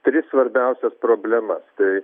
tris svarbiausias problemas tai